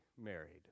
married